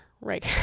right